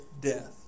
death